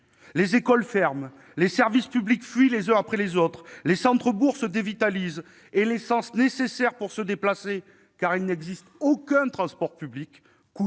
Les écoles ferment, les services publics fuient les uns après les autres, les centres-bourgs se dévitalisent et l'essence qui est nécessaire pour se déplacer- il n'existe aucun transport public